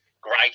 great